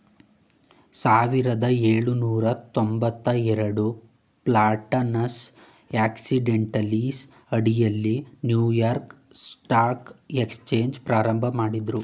ಸಾವಿರದ ಏಳುನೂರ ತೊಂಬತ್ತಎರಡು ಪ್ಲಾಟಾನಸ್ ಆಕ್ಸಿಡೆಂಟಲೀಸ್ ಅಡಿಯಲ್ಲಿ ನ್ಯೂಯಾರ್ಕ್ ಸ್ಟಾಕ್ ಎಕ್ಸ್ಚೇಂಜ್ ಪ್ರಾರಂಭಮಾಡಿದ್ರು